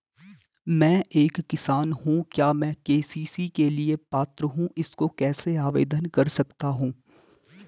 मैं एक किसान हूँ क्या मैं के.सी.सी के लिए पात्र हूँ इसको कैसे आवेदन कर सकता हूँ?